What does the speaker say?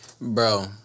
bro